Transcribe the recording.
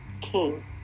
king